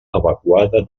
evacuada